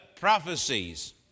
prophecies